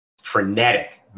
frenetic